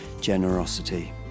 generosity